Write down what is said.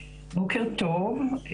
בוקר טוב.